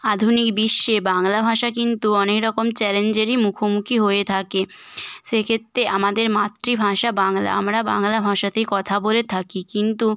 আধুনিক বিশ্বে বাংলা ভাষা কিন্তু অনেক রকম চ্যালেঞ্জেরই মুখোমুখি হয়ে থাকে সেক্ষেত্রে আমাদের মাতৃভাষা বাংলা আমরা বাংলা ভাষাতেই কথা বলে থাকি কিন্তু